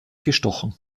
gestochen